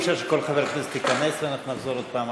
אי-אפשר שכל חבר כנסת ייכנס ואנחנו נחזור עוד פעם.